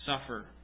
suffer